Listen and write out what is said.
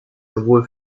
sowohl